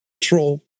troll